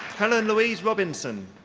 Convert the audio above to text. helen louise robinson.